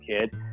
kid